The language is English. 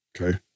Okay